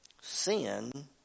Sin